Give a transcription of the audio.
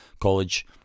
College